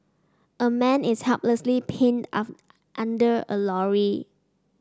a man is helplessly pinned under a lorry